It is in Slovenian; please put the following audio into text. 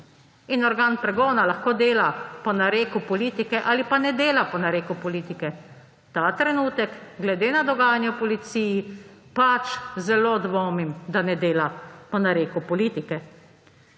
In organ pregona lahko dela po nareku politike ali pa ne dela po nareku politike. Ta trenutek glede na dogajanje v policiji pač zelo dvomim, da ne dela po nareku politike.